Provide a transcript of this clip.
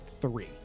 three